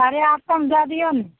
साढ़े आठ सओमे दै दिऔ ने